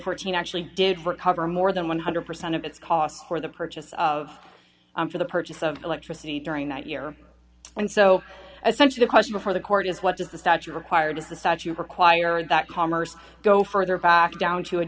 fourteen actually did recover more than one hundred percent of its cost for the purchase of m for the purchase of electricity during that year and so essential question before the court is what does the statute require does the statute require that commerce go further back down to a